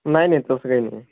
नाही नाही तसं काही नाही